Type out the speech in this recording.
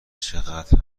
چقدر